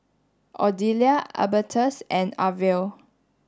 Odelia Albertus and Arvel